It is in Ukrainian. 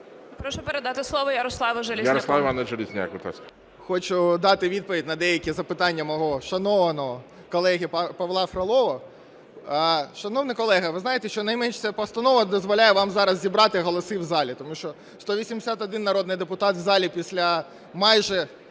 Прошу передати слово Ярославу Железняку. ГОЛОВУЮЧИЙ. Ярослав Іванович Железняк, будь ласка. 10:45:30 ЖЕЛЕЗНЯК Я.І. Хочу дати відповідь на деякі запитання мого шанованого колеги Павла Фролова. Шановний колего, ви знаєте, що найменш ця постанова дозволяє вам зараз зібрати голоси в залі. Тому що 181 народний депутат в залі після майже